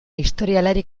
historialari